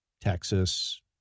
Texas